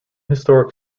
historic